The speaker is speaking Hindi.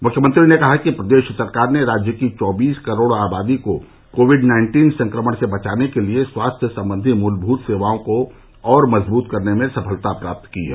मुख्यमंत्री ने कहा कि प्रदेश सरकार ने राज्य की चौबीस करोड़ आबादी को कोविड नाइन्टीन संक्रमण से बचाने के लिये स्वास्थ्य सम्बन्धी मूलमूत सेवाओं को और मजबूत करने में सफलता प्राप्त की है